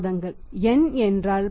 N என்றால் 10